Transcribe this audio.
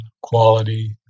quality